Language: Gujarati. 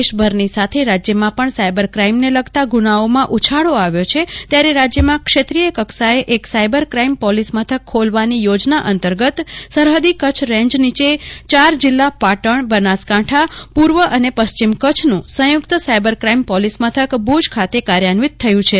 દેશભરની સાથે રાજ્યમાં પણ સાઈબર કાઈમને લગતા ગુનાઓમાં ઉછાળી આવ્યો છે ત્યારે રાજ્યમાં ક્ષેત્રીય કક્ષાએ એક સાઈબર કાઈમ પોલીસ મથક ખોલવાની યોજના અંતર્ગત સરહદી કચ્ય રેંજ નીચે ચાર જીલ્લા પતન બનાસકાંઠા પૂર્વ પશ્ચિમ કચ્છ નું સંયુક્ત સાયબર ક્રાઈમ પોલીસ મથક ભુજ ખાતે કાર્યાન્વિત થયું છે